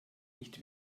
nicht